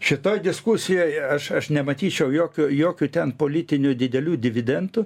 šitoj diskusijoj aš aš nematyčiau jokių jokių ten politinių didelių dividentų